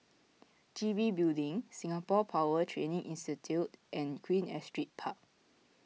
G B Building Singapore Power Training Institute and Queen Astrid Park